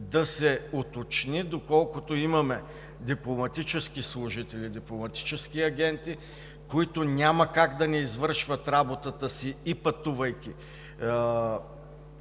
да се уточни, доколкото имаме дипломатически служители, дипломатически агенти, които няма как да не извършват работата си, пътувайки